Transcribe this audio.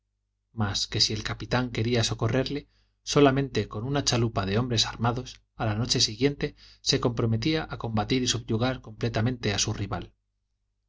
mas que si el capitán quería socorrerle solamente con una chalupa de hombres armados a la noche siguiente se comprometía a combatir y subyugar completamente a su rival